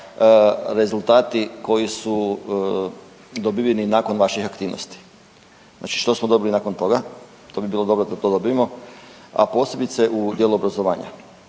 rezultati koji su dobiveni nakon vaših aktivnosti. Znači što smo dobili nakon toga, to bi bilo dobro da to dobimo, a posebice u dijelu obrazovanja.